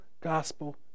gospel